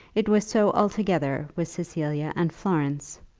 it was so altogether with cecilia and florence,